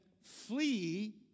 Flee